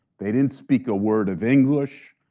they didn't speak a word of english.